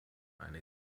eine